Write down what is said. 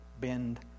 Bend